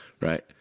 right